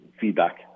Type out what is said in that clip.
feedback